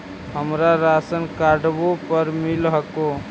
हमरा राशनकार्डवो पर मिल हको?